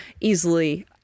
easily